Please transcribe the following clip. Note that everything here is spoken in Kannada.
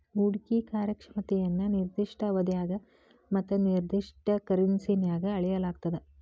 ಹೂಡ್ಕಿ ಕಾರ್ಯಕ್ಷಮತೆಯನ್ನ ನಿರ್ದಿಷ್ಟ ಅವಧ್ಯಾಗ ಮತ್ತ ನಿರ್ದಿಷ್ಟ ಕರೆನ್ಸಿನ್ಯಾಗ್ ಅಳೆಯಲಾಗ್ತದ